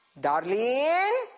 Darling